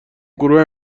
گروه